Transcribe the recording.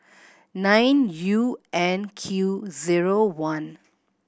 nine U N Q zero one